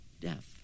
Death